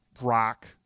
rock